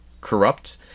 corrupt